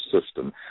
system